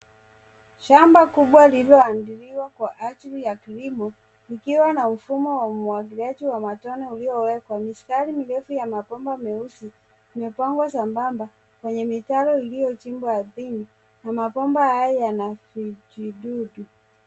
Shamba kubwa lililoandaliwa kwa ajili ya kilimo likiwa na mfumo wa umwagiliaji wa matone iliowekwa. Mistari mirefu ya mapomba meusi imepangwa zambampa kwenye mitaro iliochimpwa aridhini na mapomba haya yanavijidudu.